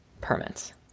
permits